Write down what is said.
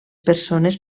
persones